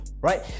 right